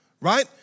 right